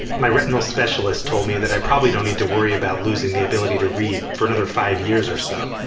my retinal specialist told me that i probably don't need to worry about losing the ability to read for another five years or so.